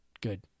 Good